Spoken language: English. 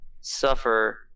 suffer